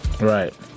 Right